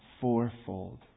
fourfold